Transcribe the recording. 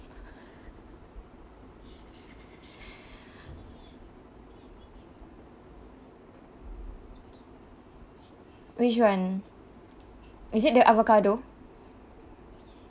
which one is it the avocado